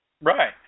Right